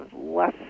less